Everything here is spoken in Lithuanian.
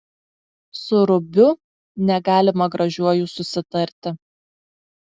su rubiu negalima gražiuoju susitarti